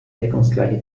deckungsgleiche